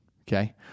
Okay